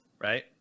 right